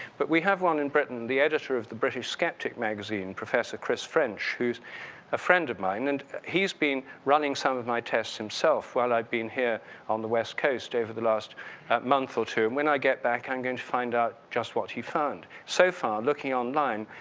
but we have one in britain, the editor of the british skeptic magazine, professor chris french, who's a friend of mine and he's been running some of my tests himself while i've been here on the west coast over the last month or two. when i get back, i'm going to find out just what he found. so far, looking online,